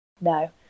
no